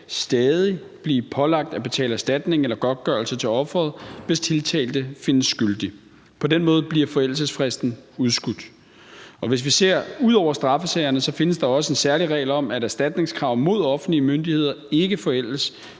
stadig blive pålagt at betale erstatning eller godtgørelse til offeret, hvis tiltalte findes skyldig. På den måde bliver forældelsesfristen udskudt. Hvis vi ser ud over straffesagerne, findes der også en særlig regel om, at erstatningskrav mod offentlige myndigheder ikke forældes,